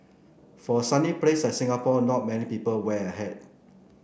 for a sunny place like Singapore not many people wear a hat